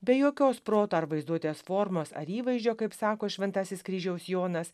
be jokios proto ar vaizduotės formos ar įvaizdžio kaip sako šventasis kryžiaus jonas